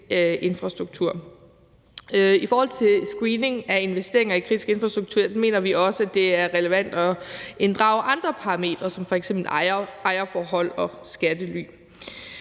I forhold til screening af investeringer i kritisk infrastruktur mener vi også, at det er relevant at inddrage andre parametre som f.eks. ejerforhold og skattely.